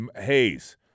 Hayes